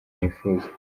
yifuza